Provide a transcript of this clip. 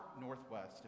northwest